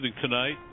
tonight